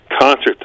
concert